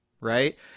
Right